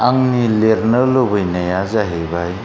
आंनि लिरनो लुबैनाया जाहैबाय